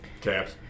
Caps